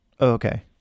Okay